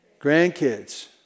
Grandkids